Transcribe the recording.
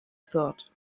thought